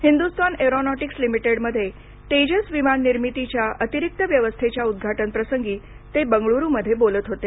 Hindustan aeronautics लिमिटेडमध्ये तेजस विमान निर्मितीच्या अतिरिक्त व्यवस्थेच्या उद्घाटन प्रसंगी ते बंगळुरू मध्ये बोलत होते